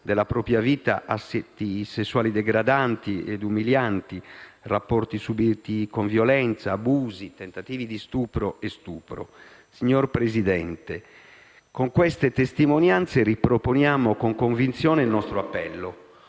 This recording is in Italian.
della propria vita atti sessuali degradanti ed umilianti, rapporti subiti con violenza, abusi, tentativi di stupro e stupri. Signor Presidente, con queste testimonianze riproponiamo con convinzione il nostro appello,